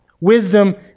wisdom